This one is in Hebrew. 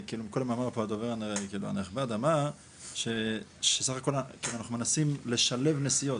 והדובר הנכבד כאן אמר קודם ש"סך הכל אנחנו מנסים לשלב נסיעות".